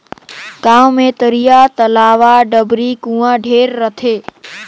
गांव मे तरिया, तलवा, डबरी, कुआँ ढेरे रथें